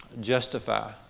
justify